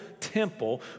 temple